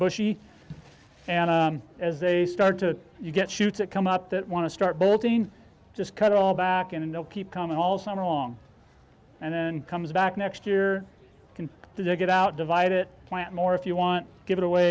bushy and as they start to you get shoots that come up that want to start building just cut it all back in and they'll keep coming all summer long and then comes back next year can dig it out divide it plant more if you want give it away